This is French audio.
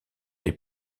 les